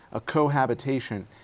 a co-habitation.